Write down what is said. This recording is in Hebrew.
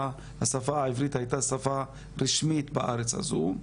השפה העברית הייתה שפה רשמית בארץ הזו.